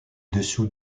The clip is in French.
dessous